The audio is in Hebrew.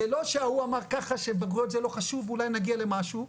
זה לא שההוא אמר ככה שבגרויות זה לא חשוב ואולי נגיע למשהו.